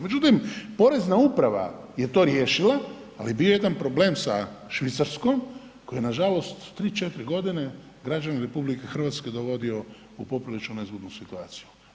Međutim porezna uprava je to riješila ali je bio jedan problem sa Švicarskom koji je nažalost 3, 4 godine građane RH dovodio u poprilično nezgodnu situaciju.